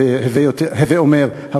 הווי אומר,